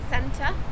Centre